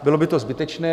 Bylo by to zbytečné.